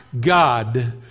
God